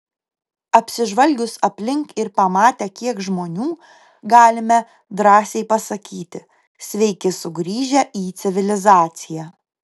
apsižvalgius aplink ir pamatę kiek žmonių galime drąsiai pasakyti sveiki sugrįžę į civilizaciją